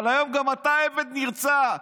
אבל היום גם אתה עבד נרצע,